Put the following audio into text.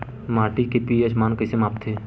माटी के पी.एच मान कइसे मापथे?